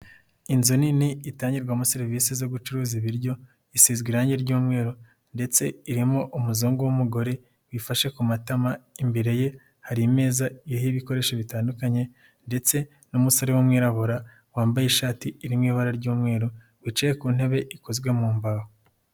Inzu nini itangirwamo serivisi zo gucuruza ibiryo isizwe irangi ry'umweru ndetse irimo umuzungu w'umugore wifashe ku matama, imbere ye hari ameza ariho ibikoesho bitandukanye ndetse n'umusore w'umwirabura wambaye ishati irimo ibara ry'umweru wicaye ku ntebe ikozwe mu mbaho.